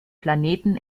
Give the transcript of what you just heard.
planeten